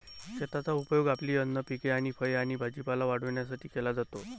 शेताचा उपयोग आपली अन्न पिके आणि फळे आणि भाजीपाला वाढवण्यासाठी केला जातो